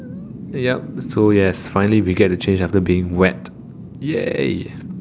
ya so yes we finally get to change after being wet ya